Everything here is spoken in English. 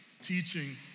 teaching